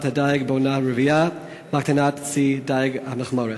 הדיג בעונת הרבייה והקטנת צי דיג המכמורת.